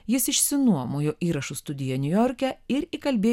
jis išsinuomojo įrašų studiją niujorke ir įkalbėjo